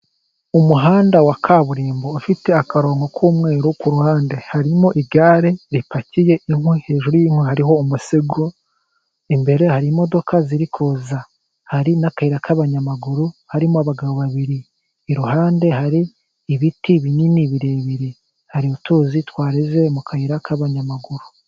Umuhanda wa kaburimbo ufite akarongo k'umweru ku ruhande. Harimo igare ripakiye inkwi, hejuru y'inkwi hari umusego. Imbere hari imodoka ziri kuza. Hari n'akayira k'abanyamaguru, harimo abagabo babiri. Iruhande hari ibiti binini birebire, hari utuzi twareze mu kayira k'abanyamaguru.